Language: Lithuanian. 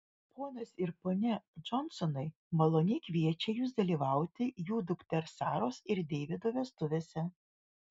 ponas ir ponia džonsonai maloniai kviečia jus dalyvauti jų dukters saros ir deivido vestuvėse